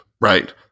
right